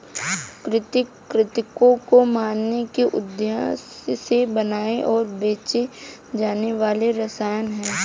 कृंतक कृन्तकों को मारने के उद्देश्य से बनाए और बेचे जाने वाले रसायन हैं